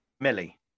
Millie